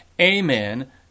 Amen